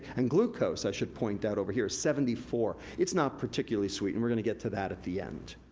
and glucose, i should point out over here, seventy four. it's not particularly sweet, and we're gonna get to that at the end,